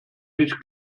nicht